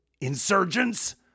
Insurgents